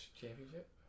championship